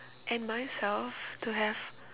and myself to have